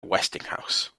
westinghouse